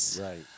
Right